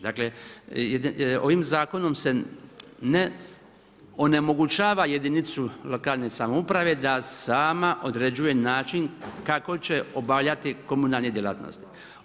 Dakle, ovim zakonom se ne onemogućava jedinicu lokalne samouprave da sama određuje način kako će obavljati komunalne djelatnosti.